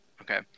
Okay